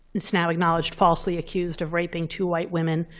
it's now acknowledged, falsely accused of raping two white women,